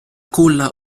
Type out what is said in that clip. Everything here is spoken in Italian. culla